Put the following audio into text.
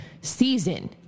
season